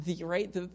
right